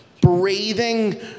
breathing